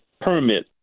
permit